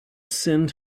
send